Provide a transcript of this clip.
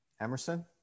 Emerson